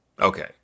Okay